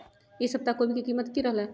ई सप्ताह कोवी के कीमत की रहलै?